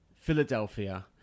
Philadelphia